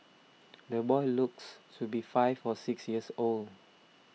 the boy looks to be five or six years old